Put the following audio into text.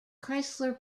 chrysler